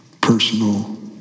personal